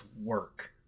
work